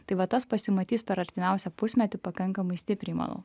tai va tas pasimatys per artimiausią pusmetį pakankamai stipriai manau